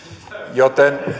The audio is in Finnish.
joten